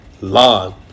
long